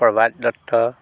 Prabhat Dutta